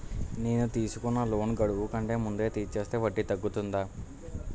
నేను తీసుకున్న లోన్ గడువు కంటే ముందే తీర్చేస్తే వడ్డీ తగ్గుతుందా?